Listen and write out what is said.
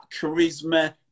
charisma